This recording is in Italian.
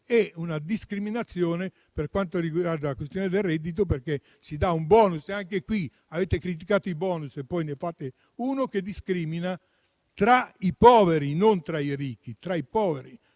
e una discriminazione per quanto riguarda la questione del reddito, perché si prevede un *bonus*. Anche in tal caso avete criticato i *bonus* e, poi, ne fate uno che discrimina, tra i poveri e non tra i ricchi; come